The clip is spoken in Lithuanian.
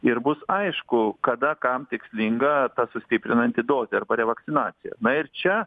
ir bus aišku kada kam tikslinga sustiprinanti dozė arba revakcinacija na ir čia